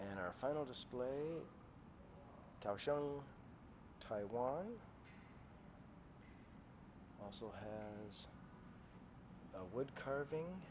and our final display talk show taiwan also had this wood carving